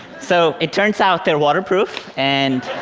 so it turns out they're waterproof, and